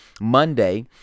Monday